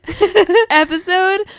episode